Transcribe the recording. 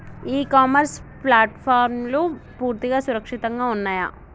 ఇ commerce ప్లాట్ఫారమ్లు పూర్తిగా సురక్షితంగా ఉన్నయా?